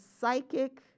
psychic